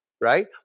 Right